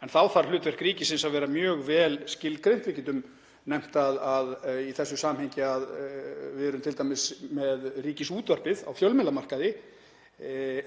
en þá þarf hlutverk ríkisins að vera mjög vel skilgreint. Við getum nefnt í þessu samhengi að við erum t.d. með Ríkisútvarpið á fjölmiðlamarkaði